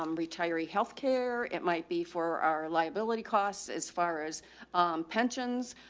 um retiree healthcare. it might be for our liability costs as far as pensions.